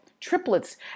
triplets